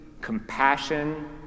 compassion